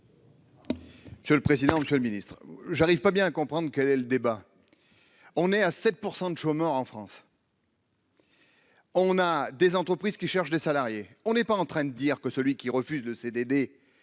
Que le président, Monsieur le Ministre, j'arrive pas bien à comprendre quel est le débat, on est à 7 % de chômeurs en France. On a des entreprises qui cherchent des salariés, on n'est pas en train de dire que celui qui refuse de CDD